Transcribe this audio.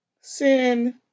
Sin